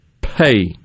pay